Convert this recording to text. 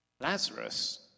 Lazarus